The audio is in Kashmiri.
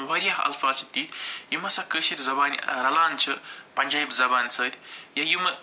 وارِیاہ الفاظ چھِ تِتھۍ یِم ہَسا کٲشِر زبانہِ رلان چھِ پنٛجٲبۍ زبان سۭتۍ ییٚلہِ یِمہٕ